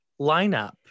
lineup